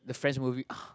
the French movie